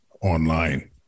online